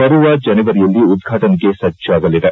ಬರುವ ಜನವರಿಯಲ್ಲಿ ಉದ್ಘಾಟನೆಗೆ ಸಜ್ಘಾಗಲಿದೆ